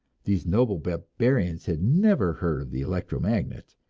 these noble barbarians had never heard of the electro-magnet,